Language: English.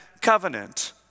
covenant